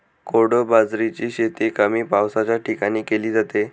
कोडो बाजरीची शेती कमी पावसाच्या ठिकाणी केली जाते